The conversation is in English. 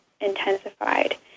intensified